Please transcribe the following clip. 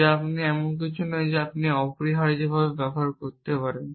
যা এমন কিছু নয় যা আপনি অপরিহার্যভাবে ব্যবহার করতে পারেন